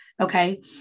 Okay